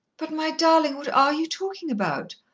but, my darling, what are you talkin' about?